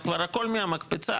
הכול מהמקפצה.